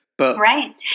Right